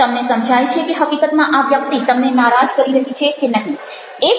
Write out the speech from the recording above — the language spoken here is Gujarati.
તમને સમજાય છે કે હકીકતમાં આ વ્યક્તિ તમને નારાજ કરી રહી છે કે નહિ